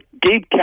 Gabe